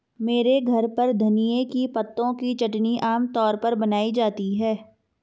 मेरे घर पर धनिए के पत्तों की चटनी आम तौर पर बनाई जाती है